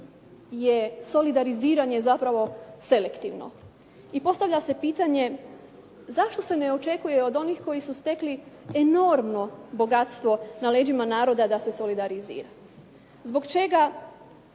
je solidariziranje zapravo selektivno i postavlja se pitanje zašto se ne očekuje od onih koji su stekli enormno bogatstvo na leđima naroda da se solidarizira? Zbog čega